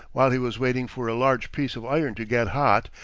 while he was waiting for a large piece of iron to get hot,